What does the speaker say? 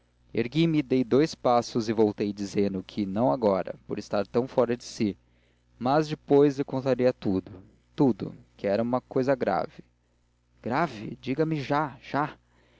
mal ergui-me dei dous passos e voltei dizendo que não agora por estar tão fora de si mas depois lhe contaria tudo tudo que era uma cousa grave grave diga-me já já